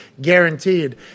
guaranteed